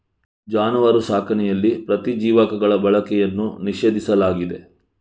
ಜಾನುವಾರು ಸಾಕಣೆಯಲ್ಲಿ ಪ್ರತಿಜೀವಕಗಳ ಬಳಕೆಯನ್ನು ನಿಷೇಧಿಸಲಾಗಿದೆ